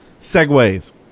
Segways